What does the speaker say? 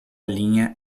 linha